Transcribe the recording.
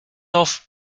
off